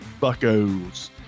buckos